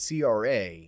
CRA